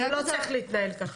זה לא צריך להתנהל ככה.